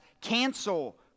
cancel